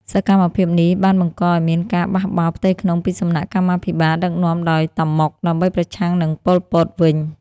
សកម្មភាពនេះបានបង្កឱ្យមានការបះបោរផ្ទៃក្នុងពីសំណាក់កម្មាភិបាលដឹកនាំដោយ តាម៉ុក ដើម្បីប្រឆាំងនឹងប៉ុល ពត វិញ។